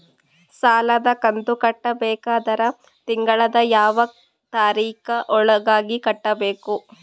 ಸಾಲದ ಕಂತು ಕಟ್ಟಬೇಕಾದರ ತಿಂಗಳದ ಯಾವ ತಾರೀಖ ಒಳಗಾಗಿ ಕಟ್ಟಬೇಕು?